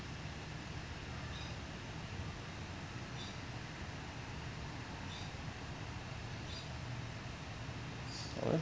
oh ya